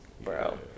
bro